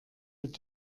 mit